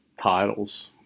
titles